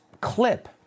clip